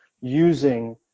using